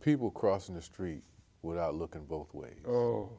people crossing the street without looking both ways o